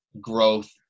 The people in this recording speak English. growth